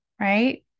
right